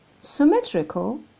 Symmetrical